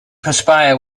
perspire